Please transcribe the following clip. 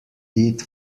did